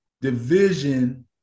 division